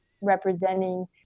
representing